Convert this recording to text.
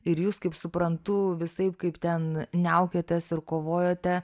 ir jūs kaip suprantu visaip kaip ten niaukėtės ir kovojote